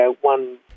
one